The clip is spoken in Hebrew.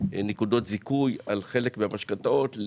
נקודות זיכוי על חלק מהמשכנתאות,